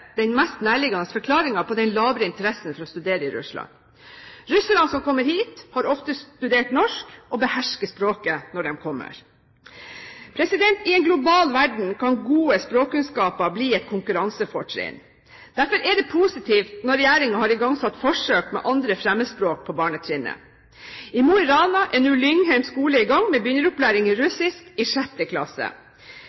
den mest nærliggende forklaringen på den labre interessen for å studere i Russland. Russerne som kommer hit, har som oftest studert norsk og behersker språket når de kommer. I en global verden kan gode språkkunnskaper bli et konkurransefortrinn. Derfor er det positivt når regjeringen har igangsatt forsøk med 2. fremmedspråk på barnetrinnet. I Mo i Rana er nå Lyngheim skole i gang med